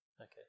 Okay